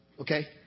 okay